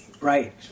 Right